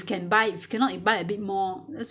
you know